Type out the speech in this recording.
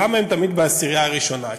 או למה הם תמיד בעשירייה הראשונה,